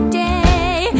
day